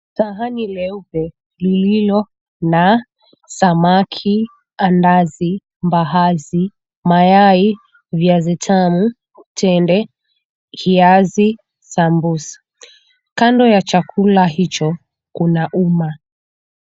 Sahani leupe lililo na samaki, andazi, mbaazi, mayai, viazi tamu, tende, kiazi, sambusa. Kando ya chakula hicho kuna uma.